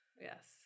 Yes